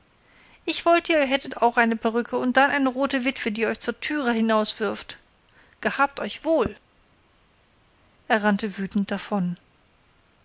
ich wollte ihr hättet auch eine perücke und dann eine rote witwe die euch zur türe hinauswirft gehabt euch wohl er rannte wütend davon